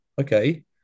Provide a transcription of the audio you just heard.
okay